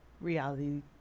reality